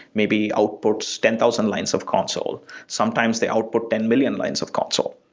maybe outputs ten thousand lines of console. sometimes they output ten million lines of console.